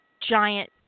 giant